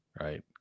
right